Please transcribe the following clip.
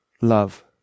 love